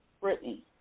Brittany